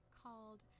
called